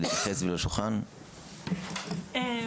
כן,